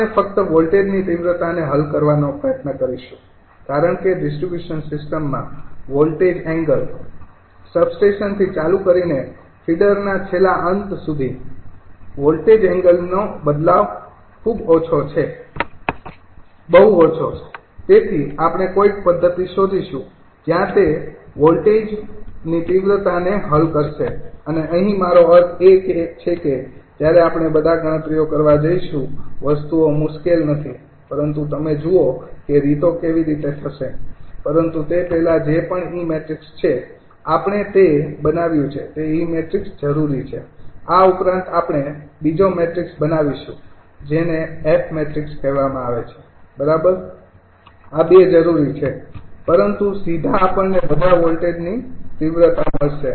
આપણે ફક્ત વોલ્ટેજની તીવ્રતાને હલ કરવાનો પ્રયત્ન કરીશું કારણ કે ડિસ્ટ્રિબ્યૂશન સિસ્ટમમાં વોલ્ટેજ એંગલ સબસ્ટેશનથી ચાલુ કરીને ફિડરના છેલ્લા અંત સુધી વોલ્ટેજ એંગલનો બદલાવ ઓછો થાય છે બહુ ઓછો તેથી આપણે કોઈક પદ્ધતિ શોધીશું જ્યાં તે વોલ્ટેજની તીવ્રતાને હલ કરશે અને અહીં મારો અર્થ એ છે કે જ્યારે આપણે બધા ગણતરીઓ કરવા જઈશું વસ્તુઓ મુશ્કેલ નથી પરંતુ તમે જુઓ કે રીતો કેવી રીતે થશે પરંતુ તે પહેલાં જે પણ ઇ મેટ્રિક્સ છે આપણે તે બનાવ્યું છે તે ઇ મેટ્રિક્સ જરૂરી છે આ ઉપરાંત આપણે બીજો મેટ્રિક્સ બનાવીશું જેને 𝑓 મેટ્રિક્સ કહેવામાં આવે છે બરાબર આ 2 જરૂરી છે પરંતુ સીધા આપણને બધા વોલ્ટેજની તીવ્રતા મળશે